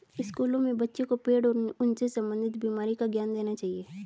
स्कूलों में बच्चों को पेड़ और उनसे संबंधित बीमारी का ज्ञान देना चाहिए